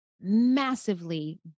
massively